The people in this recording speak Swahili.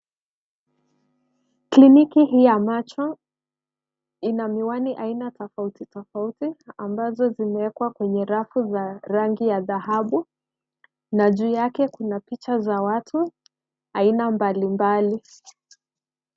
Kliniki hii ya macho ina miwani aina tofauti tofauti ambazo zimewekwa kwenye rafu za rangi ya dhahabu. Na juu yake kuna picha za watu aina mbalimbali.